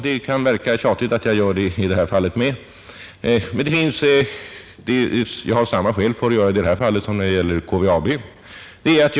Det kan verka tjatigt att jag gör det i det här fallet med, men jag har samma skäl nu som när det gällde KVAB, nämligen att jag inte vill uttala mig innan det fullständiga materialet föreligger.